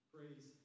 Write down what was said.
Praise